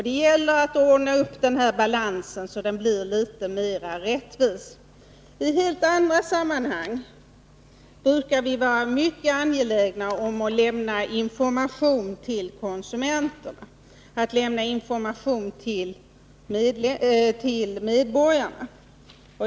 Det gäller att rätta till balansen så att den blir litet mer rättvis. I helt andra sammanhang brukar vi vara mycket angelägna om att lämna information till konsumenterna, att lämna information till medborgarna.